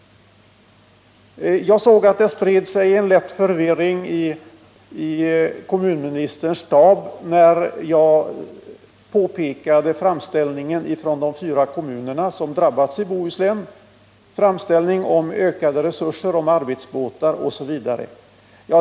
Jag såg att det spred sig en lätt förvirring i kommunministerns stab när jag hänvisade till framställningen från de fyra drabbade bohuslänska kommunerna om ökade resurser, särskilda arbetsbåtar osv.